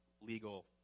legal